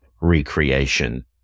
recreation